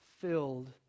filled